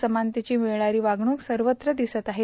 असमानतेची मिळणारी वागणूक सर्वत्र दिसत आहे